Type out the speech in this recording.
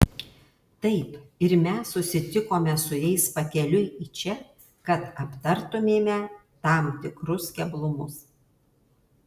taip ir mes susitikome su jais pakeliui į čia kad aptartumėme tam tikrus keblumus